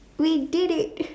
we did it